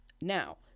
Now